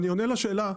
אני עונה לשאלה,